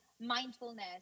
mindfulness